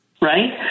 Right